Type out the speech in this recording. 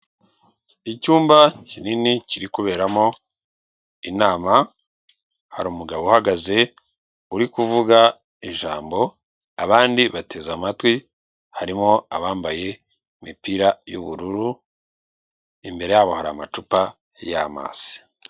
Icyumba kinini kiri kuberamo inama hari umugabo uhagaze uri kuvuga ijambo, abandi bateze amatwi harimo abambaye imipira y'ubururu imbere yabo hari amacupa y'amazi.